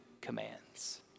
commands